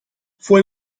fue